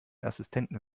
assistenten